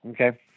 Okay